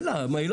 שלחתם מכתב?